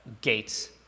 gates